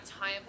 time